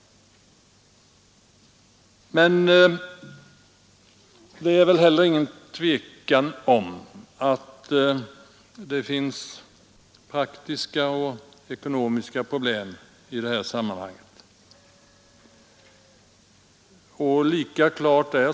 Men det är väl heller inget tvivel om att det finns praktiska och ekonomiska problem i sammanhanget.